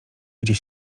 gdzie